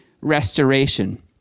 restoration